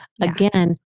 Again